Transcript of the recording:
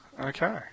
okay